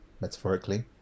metaphorically